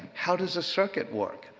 how does a circuit work?